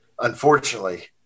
unfortunately